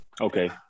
Okay